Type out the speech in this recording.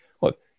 Look